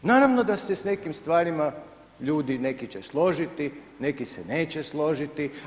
Naravno da se s nekim stvarima, ljudi neki će složiti, neki se neće složiti.